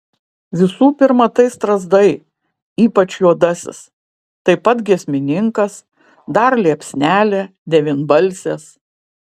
visų pirma tai strazdai ypač juodasis taip pat giesmininkas dar liepsnelė devynbalsės